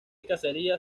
caserío